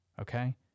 okay